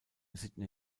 sydney